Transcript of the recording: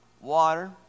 water